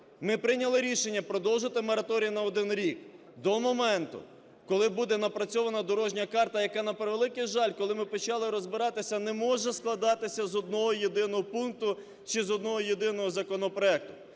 ми прийняли рішення продовжити мораторій на 1 рік, до моменту, коли буде напрацьована дорожня карта, яка, на превеликий жаль, коли ми почали розбиратися, не може складатися з одного єдиного пункту чи з одного єдиного законопроекту.